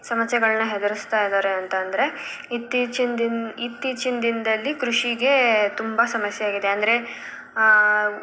ಸಮಸ್ಯೆಗಳನ್ನ ಎದುರಿಸ್ತಾ ಇದ್ದಾರೆ ಅಂತಂದರೆ ಇತ್ತೀಚಿನ ದಿನ ಇತ್ತೀಚಿನ ದಿನದಲ್ಲಿ ಕೃಷಿಗೆ ತುಂಬ ಸಮಸ್ಯೆ ಆಗಿದೆ ಅಂದರೆ